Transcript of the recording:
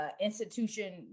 institution